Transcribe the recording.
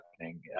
happening